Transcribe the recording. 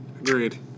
Agreed